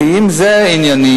כי אם זה אישי,